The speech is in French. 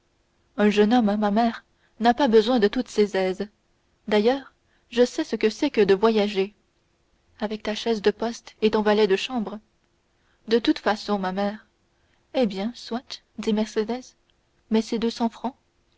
un jeune homme ma mère n'a pas besoin de toutes ses aises d'ailleurs je sais ce que c'est que de voyager avec ta chaise de poste et ton valet de chambre de toute façon ma mère eh bien soit dit mercédès mais ces deux cents francs